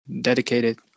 Dedicated